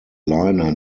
liner